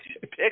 pick